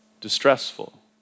distressful